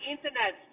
Internet